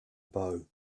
bow